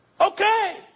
Okay